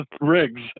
rigs